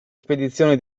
spedizione